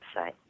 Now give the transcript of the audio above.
website